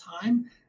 time